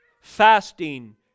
fasting